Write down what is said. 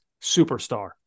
superstar